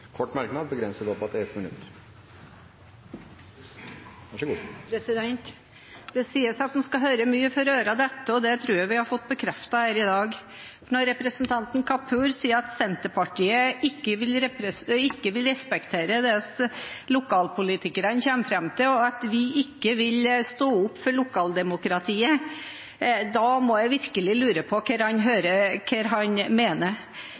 kort merknad, begrenset til 1 minutt. Det sies at en skal høre mye før ørene faller av. Det tror jeg vi har fått bekreftet her i dag. Når representanten Kapur sier at Senterpartiet ikke vil respektere det som lokalpolitikerne kommer fram til, og at vi ikke vil stå opp for lokaldemokratiet, må jeg virkelig lure på hva han mener. Jeg håper han